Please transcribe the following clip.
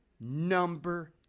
number